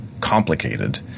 complicated